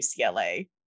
UCLA